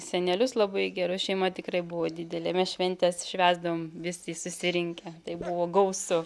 senelius labai gera šeima tikrai buvo didelė mes šventes švęsdavom visi susirinkę tai buvo gausu